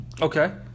Okay